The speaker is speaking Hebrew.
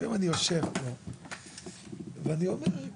לפעמים אני יושב פה ואני אומר,